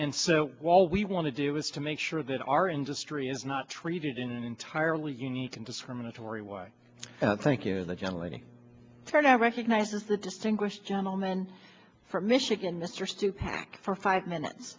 and so while we want to do is to make sure that our industry is not treated in entirely unique and discriminatory way thank you to the general any for now recognizes the distinguished gentleman from michigan mr stupak for five minutes